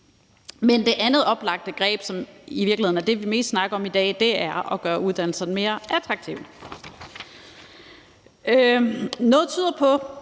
Men det andet oplagte greb, som i virkeligheden er det, vi mest snakker om i dag, er at gøre uddannelserne mere attraktive. Noget tyder på